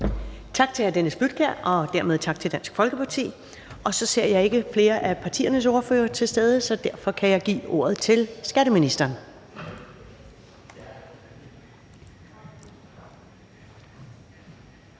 Tak til hr. Dennis Flydtkjær, og dermed tak til Dansk Folkeparti. Jeg ser ikke flere af partiernes ordførere til stede, så derfor kan jeg give ordet til skatteministeren.